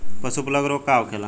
पशु प्लग रोग का होखेला?